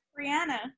Brianna